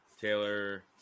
Taylor